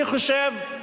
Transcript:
אני חושב,